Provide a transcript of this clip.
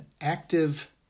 active